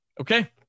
okay